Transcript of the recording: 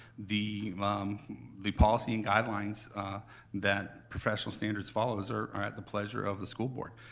the um the policy and guidelines that professional standards follows are are at the pleasure of the school board.